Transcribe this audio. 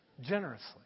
Generously